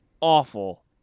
awful